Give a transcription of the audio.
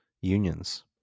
unions